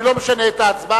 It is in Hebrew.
אני לא משנה את ההצבעה,